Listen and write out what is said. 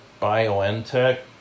BioNTech